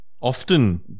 Often